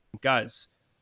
Guys